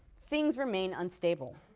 things remain unstable.